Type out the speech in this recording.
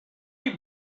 you